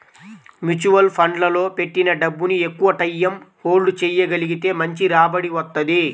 mutual ఫండ్లలో పెట్టిన డబ్బుని ఎక్కువటైయ్యం హోల్డ్ చెయ్యగలిగితే మంచి రాబడి వత్తది